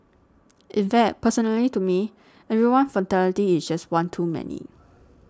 in fact personally to me every one fatality is just one too many